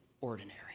ordinary